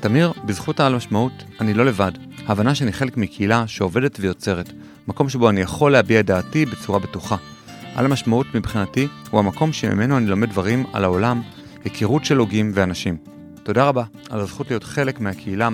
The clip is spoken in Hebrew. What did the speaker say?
תמיר, בזכות על משמעות אני לא לבד. ההבנה שאני חלק מקהילה שעובדת ויוצרת, מקום שבו אני יכול להביע את דעתי בצורה בטוחה. על משמעות מבחינתי הוא המקום שממנו אני לומד דברים על העולם, היכרות של הוגים ואנשים. תודה רבה על הזכות להיות חלק מהקהילה.